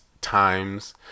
times